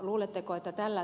luuletteko että täällä